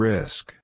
Risk